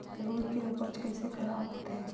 रुई के उपज कइसे खराब होथे?